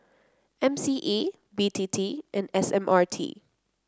M C E B T T and S M R T